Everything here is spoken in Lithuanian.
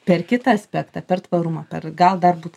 per kitą aspektą per tvarumą per gal dar būt